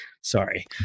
Sorry